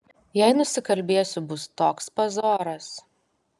jei nusikalbėsiu bus toks pazoras